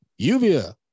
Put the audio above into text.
Yuvia